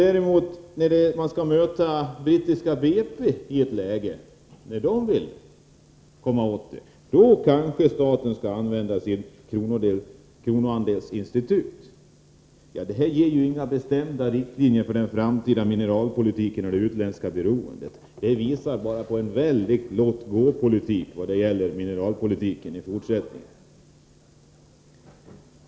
När man å andra sidan skall möta brittiska BP i ett läge då detta bolag vill komma åt svenska mineraler, så kanske staten skall använda sitt kronoandelsinstitut. Detta ger inga bestämda riktlinjer för den framtida mineralpolitiken och det utländska beroendet. Det visar bara att man förordar en väldig låt-gå-politik vad gäller mineralen i fortsättningen.